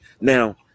Now